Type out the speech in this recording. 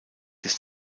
des